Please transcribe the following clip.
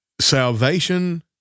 Salvation